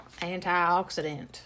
antioxidant